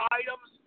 items